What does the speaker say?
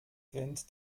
wind